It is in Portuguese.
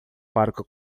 parque